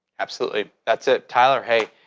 absolutely! that's it. tyler, hey,